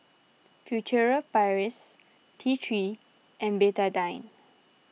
Furtere Paris T three and Betadine